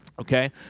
okay